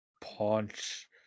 Punch